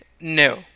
No